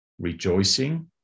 Rejoicing